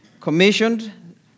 commissioned